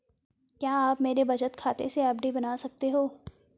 क्या आप मेरे बचत खाते से एफ.डी बना सकते हो?